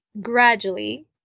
gradually